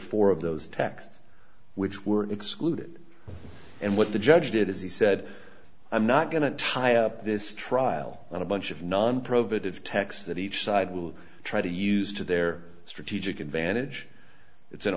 four of those texts which were excluded and what the judge did is he said i'm not going to tie up this trial on a bunch of non provocative texts that each side will try to use to their strategic advantage it's an